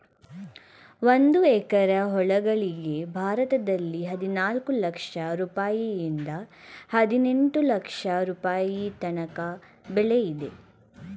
ಒಂದು ಎಕರೆ ಹೊಲಗಳಿಗೆ ಭಾರತದಲ್ಲಿ ಹದಿನಾಲ್ಕು ಲಕ್ಷ ರುಪಾಯಿಯಿಂದ ಹದಿನೆಂಟು ಲಕ್ಷ ರುಪಾಯಿ ತನಕ ಬೆಲೆ ಇದೆ